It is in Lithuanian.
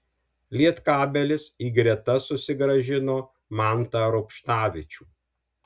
lietkabelis į gretas sugrąžino mantą rubštavičių